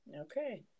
okay